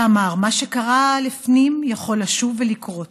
שאמר: "מה שקרה לפנים יכול לשוב ולקרות.